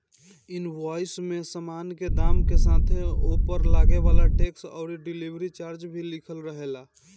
invoice में सामान के दाम के साथे ओपर लागे वाला टेक्स अउरी डिलीवरी चार्ज भी लिखल रहेला